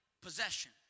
possession